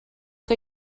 que